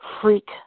freak